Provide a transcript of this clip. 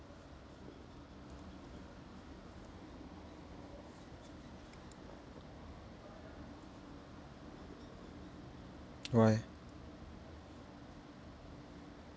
why